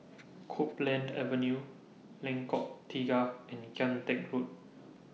Copeland Avenue Lengkok Tiga and Kian Teck Road